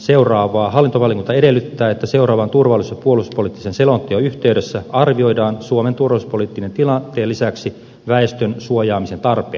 hallintovaliokunta edellyttää että seuraavan turvallisuus ja puolustuspoliittisen selonteon yhteydessä arvioidaan suomen turvallisuuspoliittisen tilanteen lisäksi väestön suojaamisen tarpeet